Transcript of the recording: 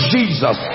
Jesus